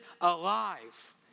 alive